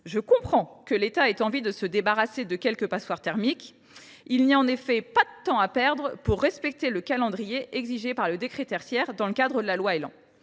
Je comprends que l’État ait envie de se débarrasser de quelques passoires thermiques : il n’y a pas de temps à perdre pour respecter le calendrier exigé par le décret tertiaire de la loi portant